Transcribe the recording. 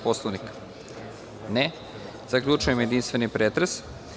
Poslovnika? (Ne.) Zaključujem jedinstveni pretres.